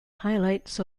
highlights